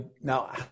now